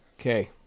Okay